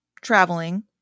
traveling